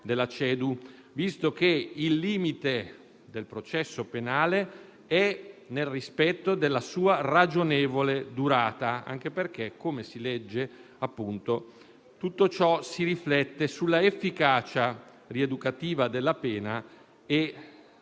dell'uomo, visto che il limite del processo penale è nel rispetto della sua ragionevole durata (anche perché, come si legge, tutto ciò si riflette sull'efficacia rieducativa della pena,